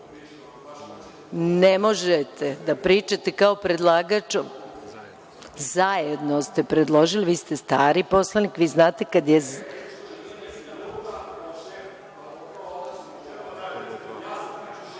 možete da pričate kao predlagač, zajedno ste predložili. Vi ste stari poslanik, vi znate …(Marko